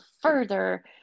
further